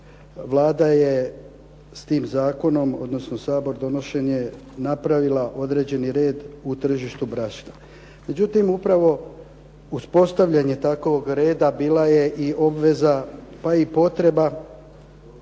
Vlada je s tim zakonom, odnosno Sabor donošenjem, napravila određeni red u tržištu brašna. Međutim, upravo uspostavljanje takvog reda bila je i obveza pa i potreba